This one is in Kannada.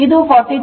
ಇದು 43